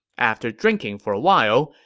after drinking for a while,